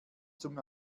zum